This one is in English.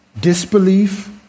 disbelief